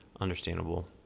Understandable